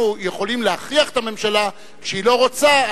אנחנו יכולים להכריח את הממשלה כשהיא לא רוצה,